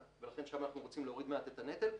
ולכן שם אנחנו רוצים להוריד מעט את הנטל,